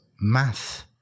math